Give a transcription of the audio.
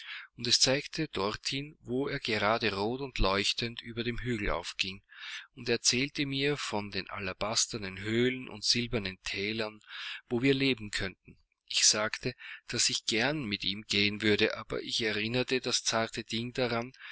und es zeigte dorthin wo er gerade rot und leuchtend über dem hügel aufging und erzählte mir von den alabasternen höhlen und silbernen thälern wo wir leben könnten ich sagte daß ich gern mit ihm gehen würde aber ich erinnerte das zarte ding daran